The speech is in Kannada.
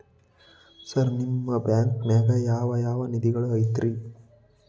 ಸರ್ ನಿಮ್ಮ ಬ್ಯಾಂಕನಾಗ ಯಾವ್ ಯಾವ ನಿಧಿಗಳು ಐತ್ರಿ?